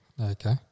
Okay